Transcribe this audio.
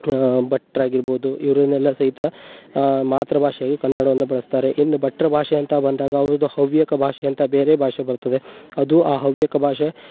ಭಟ್ರು ಆಗಿರ್ಬೋದು ಇವರನ್ನೆಲ್ಲ ಸಹಿತ ಮಾತೃಭಾಷೆಯಾಗಿ ಕನ್ನಡವನ್ನು ಬಳಸ್ತಾರೆ ಇನ್ನು ಭಟ್ರ ಭಾಷೆ ಅಂತ ಬಂದಾಗ ಅವ್ರದ್ದು ಹವ್ಯಕ ಭಾಷೆ ಅಂತ ಬೇರೆ ಭಾಷೆ ಬರ್ತದೆ ಅದೂ ಆ ಹವ್ಯಕ ಭಾಷೆ